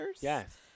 Yes